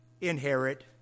inherit